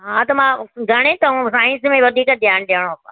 हा त मां गणित ऐं साइंस में वधीक ध्यानु ॾियणो पवंदो